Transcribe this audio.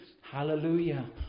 Hallelujah